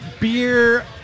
Beer